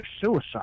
suicide